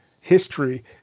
history